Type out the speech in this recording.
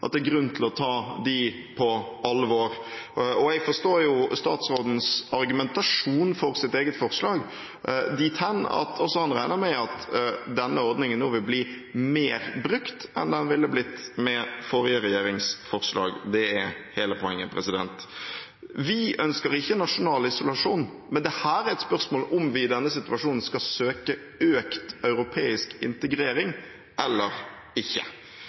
at det er grunn til å ta dem på alvor. Jeg forstår statsrådens argumentasjon for sitt eget forslag dit hen at han regner med at denne ordningen vil bli mer brukt enn den ville blitt med forrige regjerings forslag. Det er hele poenget. Vi ønsker ikke nasjonal isolasjon, dette er et spørsmål om vi i denne situasjonen skal søke økt europeisk integrering eller ikke.